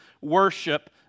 worship